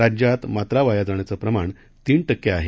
राज्यात मात्रा वाया जाण्याचं प्रमाण तीन टक्के आहे